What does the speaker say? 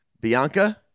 Bianca